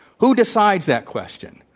who decides that question?